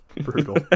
Brutal